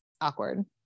awkward